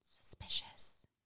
Suspicious